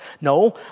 No